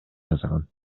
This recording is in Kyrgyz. жазган